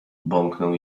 bąknął